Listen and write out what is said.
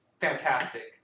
fantastic